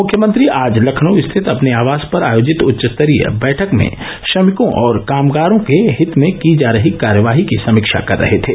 मुख्यमंत्री आज लखनऊ स्थित अपने आवास पर आयोजित उच्चस्तरीय बैठक में श्रमिकों और कामगारों के हित में की जा रही कार्यवाही की समीक्षा कर रहे थे